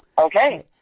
Okay